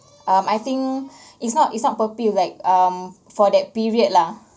um I think it's not it's not per pill like um for that period lah